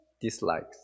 dislikes